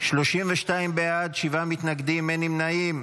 32 בעד, שבעה מתנגדים, אין נמנעים.